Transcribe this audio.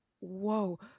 Whoa